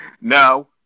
No